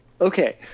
Okay